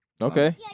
Okay